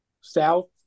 south